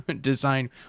Design